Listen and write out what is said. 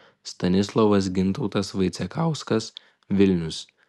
stanislovas gintautas vaicekauskas vilnius